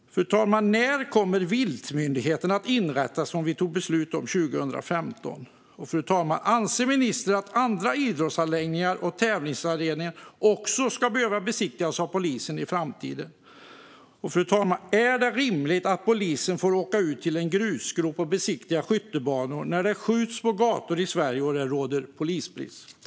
När kommer viltmyndigheten att inrättas som vi tog beslut om 2015? Anser ministern att andra idrottsanläggningar och tävlingsarenor också ska behöva besiktigas av polisen i framtiden? Är det rimligt att polisen får åka ut till en grusgrop och besiktiga skjutbanor när det skjuts på gator i Sverige och det råder polisbrist?